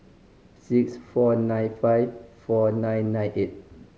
six four nine five four nine nine eight